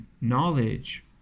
knowledge